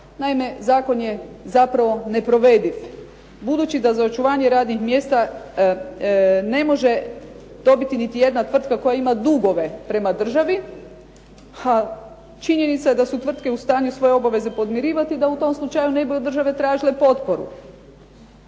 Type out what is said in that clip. Naime, zakon je zapravo neprovediv. Budući da za očuvanje radnih mjesta ne može dobiti niti jedna tvrtka koja ima dugove prema države, a činjenica da su tvrtke u stanju svoje obaveze podmirivati, da u tom slučaju ne bi od države tražili potporu.